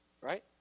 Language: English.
right